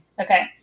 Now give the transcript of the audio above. Okay